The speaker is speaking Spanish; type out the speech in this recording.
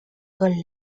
con